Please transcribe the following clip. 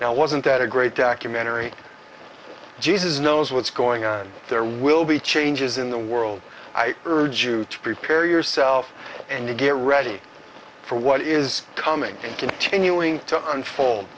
now wasn't that a great documentary jesus knows what's going on there will be changes in the world i urge you to prepare yourself and to get ready for what is coming and continuing to unfold